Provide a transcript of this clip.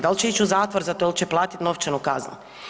Da li će ići u zatvor za to ili će platiti novčanu kaznu?